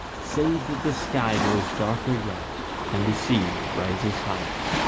save that the sky grows darker yet and the sea rises higher